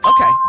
Okay